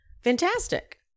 fantastic